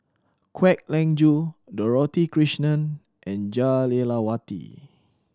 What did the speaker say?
Kwek Leng Joo Dorothy Krishnan and Jah Lelawati